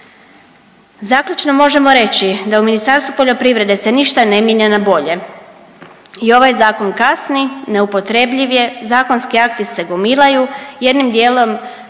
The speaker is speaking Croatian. Zaključno možemo reći da u Ministarstvu poljoprivrede se ništa ne mijenja na bolje i ovaj zakon kasni, neupotrebljiv je, zakonski akti se gomilaju, jednim dijelom